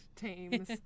teams